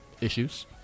issues